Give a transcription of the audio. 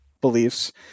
beliefs